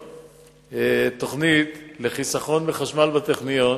תוכנית לחיסכון בחשמל בטכניון.